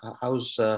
how's